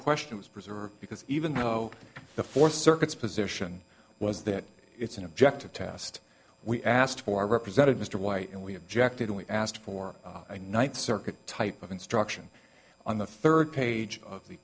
question was preserved because even though the four circuits position was that it's an objective test we asked for representing mr white and we objected and we asked for a ninth circuit type of instruction on the third page of the